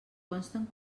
consten